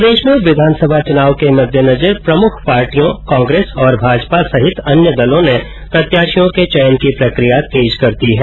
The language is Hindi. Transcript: प्रदेश में विधानसभा चुनाव के मद्देनजर प्रमुख पार्टियों कांग्रेस और भाजपा सहित अन्य दलों ने प्रत्याशियों के चयन की प्रकिया तेज कर दी है